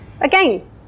Again